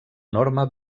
enorme